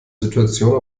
situation